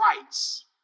rights